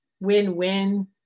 win-win